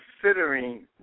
considering